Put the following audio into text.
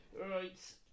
right